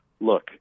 look